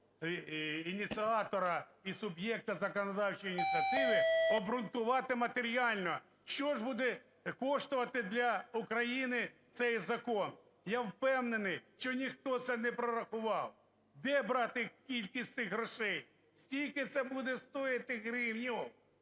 ініціатора і суб'єкта законодавчої ініціативи обґрунтувати матеріально, що ж буде коштувати для України цей закон. Я впевнений, що ніхто це не прорахував. Де брати кількість цих грошей? Скільки це буде стоить гривень?